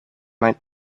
might